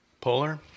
Polar